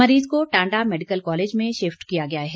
मरीज़ को Tanda medical college में शिफ्ट किया गया है